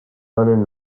lennon